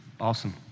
Awesome